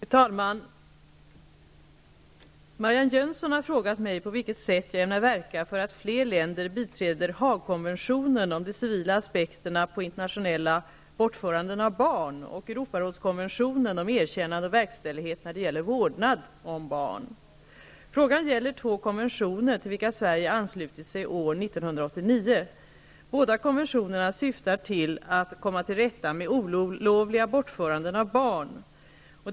Fru talman! Marianne Jönsson har frågat mig på vilket sätt jag ämnar verka för att fler länder biträder Haagkonventionen om de civila aspekterna på internationella bortföranden av barn och Europarådskonventionen om erkännande och verkställighet när det gäller vårdnad om barn. Frågan gäller två konventioner till vilka Sverige anslutit sig år 1989. Båda konventionerna syftar till att komma till rätta med olovliga bortföranden av barn.